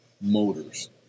motors